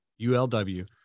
ULW